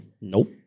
Nope